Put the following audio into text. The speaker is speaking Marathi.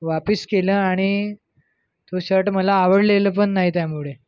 वापस केलं आणि तो शर्ट मला आवडलेलं पण नाही त्यामुळे